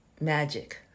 magic